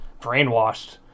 brainwashed